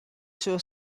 suo